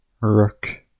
Rook